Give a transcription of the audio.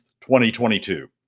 2022